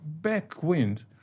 backwind